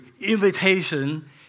invitation